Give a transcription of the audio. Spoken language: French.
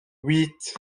huit